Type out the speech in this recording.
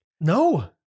No